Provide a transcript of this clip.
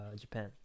Japan